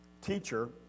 Teacher